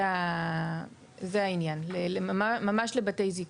זה העניין, ממש לבתי זיקוק.